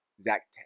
Zach